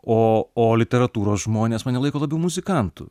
oo literatūros žmonės mane laiko labiau muzikantu